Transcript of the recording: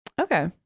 Okay